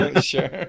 Sure